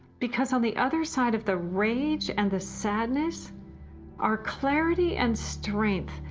because on the other side of the rage and the sadness are clarity and strength,